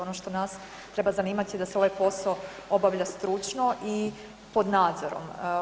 Ono što nas treba zanimati, da se ovaj posao obavlja stručno i pod nadzorom.